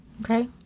Okay